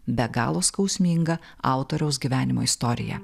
be galo skausminga autoriaus gyvenimo istorija